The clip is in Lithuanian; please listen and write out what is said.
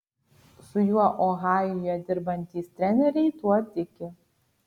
su juo ohajuje dirbantys treneriai tuo tiki